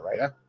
right